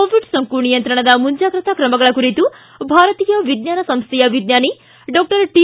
Covid ಸೋಂಕು ನಿಯಂತ್ರಣದ ಮುಂಜಾಗ್ರತಾ ಕ್ರಮಗಳ ಕುರಿತು ಭಾರತೀಯ ವಿಜ್ವಾನ ಸಂಸ್ಥೆಯ ವಿಜ್ವಾನಿ ಡಾಕ್ಷರ್ ಟಿ